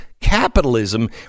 capitalism